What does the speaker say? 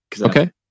Okay